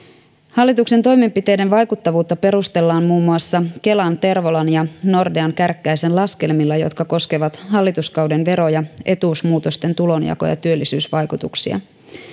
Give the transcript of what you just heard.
hallituksen toimenpiteiden vaikuttavuutta perustellaan muun muassa kelan tervolan ja nordean kärkkäisen laskelmilla jotka koskevat hallituskauden vero ja etuusmuutosten tulonjako ja työllisyysvaikutuksia